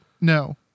No